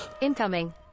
Incoming